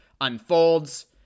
unfolds